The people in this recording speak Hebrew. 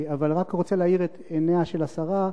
אבל אני רק רוצה להאיר את עיניה של השרה,